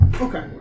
Okay